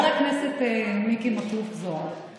חבר הכנסת מיקי מכלוף זוהר,